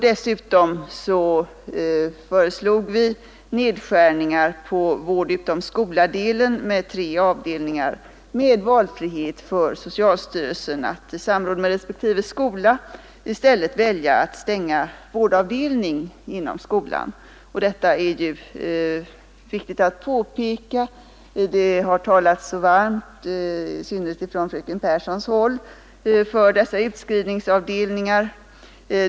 Dessutom föreslog vi nedskärningar på vård-utom-skola-delen med tre avdelningar med valfrihet för socialstyrelsen att i samråd med respektive skola i stället välja att stänga vårdavdelning inom skolan. Detta är ju viktigt att påpeka. Det har talats så varmt — i synnerhet har fröken Pehrsson gjort det — för dessa utskrivningsavdelningar.